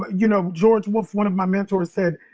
but you know, george wolfe, one of my mentors said,